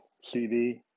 CD